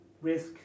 risk